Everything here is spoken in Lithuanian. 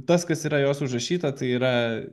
tas kas yra jos užrašyta tai yra